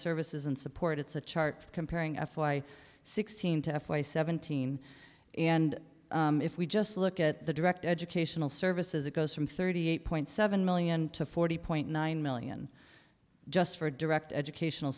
services and support it's a chart comparing f y sixteen to f y seventeen and if we just look at the direct educational services it goes from thirty eight point seven million to forty point nine million just for direct educational